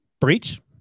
Breach